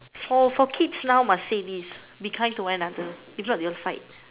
for for kids now must say this be kind to one another if not they will fight